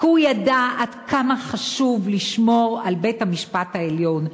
הוא ידע עד כמה חשוב לשמור על בית-המשפט העליון,